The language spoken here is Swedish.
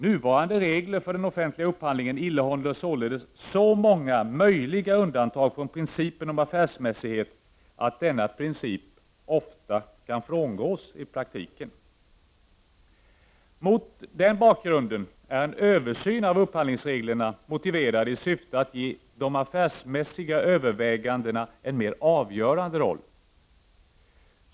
Nuvarande regler för den offentliga upphandlingen innehåller således så många möjliga undantag från principen om affärsmässighet att denna princip ofta kan frångås i praktiken. Mot denna bakgrund är en översyn av upphandlingsreglerna motiverade i syfte att ge de affärsmässiga övervägandena en mer avgörande roll.